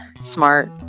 smart